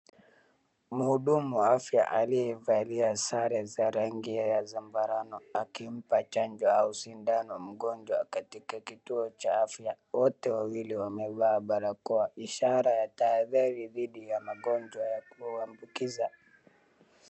Mhudumu wa afya aliyevalia sare za rangi ya zambarau akimpa chanjo au sindano mgonjwa katika kituo cha afya. Wote wawili wamevaa barakoa, ishara ya tahadhari dhidi ya magonjwa ya kuwambukiza.